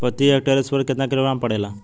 प्रति हेक्टेयर स्फूर केतना किलोग्राम पड़ेला?